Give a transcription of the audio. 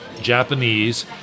Japanese